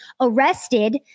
arrested